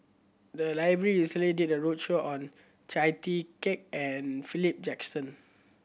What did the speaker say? the library recently did a roadshow on Chia Tee Kiak and Philip Jackson